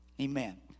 Amen